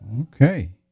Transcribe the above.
Okay